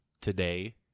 today